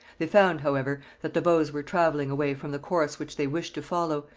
they found, however, that the bows were travelling away from the course which they wished to follow,